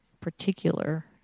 particular